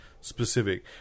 specific